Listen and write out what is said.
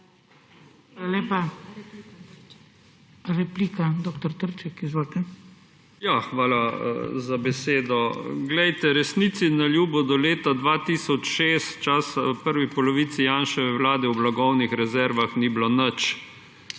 Hvala za besedo. Resnici na ljubo do leta 2006, v prvi polovici Janševe vlade, v blagovnih rezervah ni bilo nič